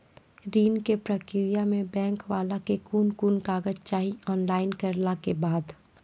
ऋण के प्रक्रिया मे बैंक वाला के कुन कुन कागज चाही, ऑनलाइन करला के बाद?